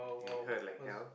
it hurt like hell